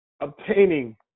obtaining